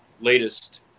latest